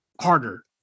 harder